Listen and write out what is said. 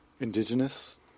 indigenous